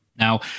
Now